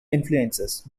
influences